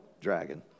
dragon